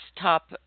top